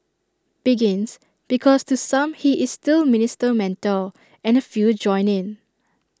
begins because to some he is still minister mentor and A few join in